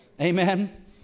Amen